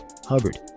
Hubbard